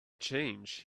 change